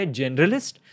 generalist